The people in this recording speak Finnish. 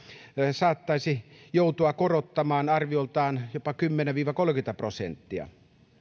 saatettaisiin joutua korottamaan arviolta jopa kymmenen viiva kolmekymmentä prosenttia